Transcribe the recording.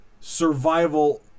survival